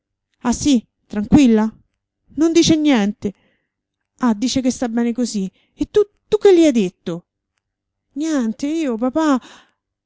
ah sì tranquilla non dice niente ah dice che sta bene così e tu tu che le hai detto niente io papà